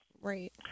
Right